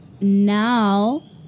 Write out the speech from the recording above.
now